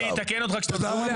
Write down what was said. תודה,